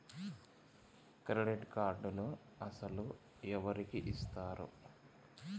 Credit కార్డులు అసలు ఎవరికి ఇస్తారు?